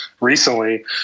recently